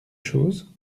chose